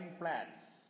plants